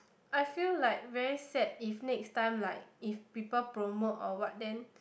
I feel like very sad if next time like if people promote or what then